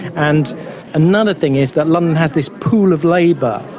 and another thing is that london has this pool of labour,